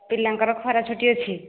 ପିଲାଙ୍କର ଖରା ଛୁଟି ଅଛି